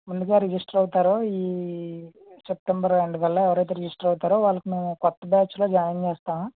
ముందుగా రిజిస్టర్ అవుతారో ఈ సెప్టెంబర్ ఎండ్ కల్లా ఎవరు అయితే రిజిస్టర్ అవుతారో వాళ్ళకు మేము కొత్త బ్యాచ్లో జాయిన్ చేస్తాం